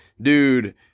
dude